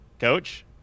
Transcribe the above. Coach